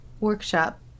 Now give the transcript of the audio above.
workshop